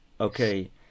okay